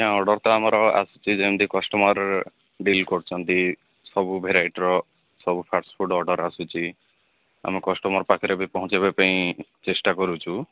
ନା ଅର୍ଡର୍ଟା ଆମର ଆସୁଛି ଯେମିତି କଷ୍ଟମର୍ ଡିଲ୍ କରୁଛନ୍ତି ସବୁ ଭେରାଇଟିର ସବୁ ଫାଷ୍ଟଫୁଡ୍ ଅର୍ଡର୍ ଆସୁଛି ଆମ କଷ୍ଟମର୍ ପାଖରେ ବି ପହଞ୍ଚାଇବା ପାଇଁ ଚେଷ୍ଟା କରୁଛୁ